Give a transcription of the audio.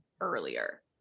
earlier